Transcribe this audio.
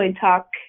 Talk